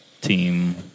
team